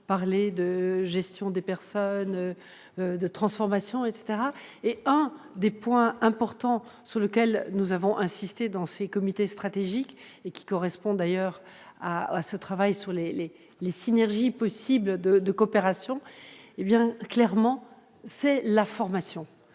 parlez de gestion des personnes, de transformation, etc. Or un des points importants sur lesquels nous avons insisté dans ces comités stratégiques, et qui correspond d'ailleurs au travail sur les synergies possibles de coopération, c'est la formation